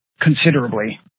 considerably